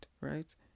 right